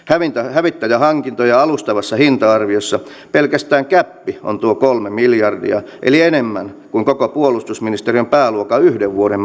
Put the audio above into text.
hävittäjähankintojen alustavassa hinta arviossa pelkästään gäppi on tuo kolme miljardia eli enemmän kuin koko puolustusministeriön pääluokan yhden vuoden